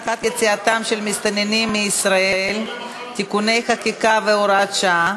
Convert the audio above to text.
יציאתם של מסתננים מישראל (תיקוני חקיקה והוראת שעה)